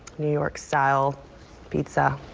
new york style pizza.